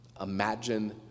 Imagine